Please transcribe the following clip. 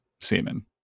semen